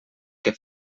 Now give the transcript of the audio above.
que